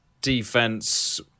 defense